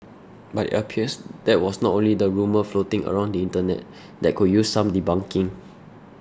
but it appears that was not only the rumour floating around the internet that could use some debunking